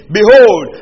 Behold